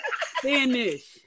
Finish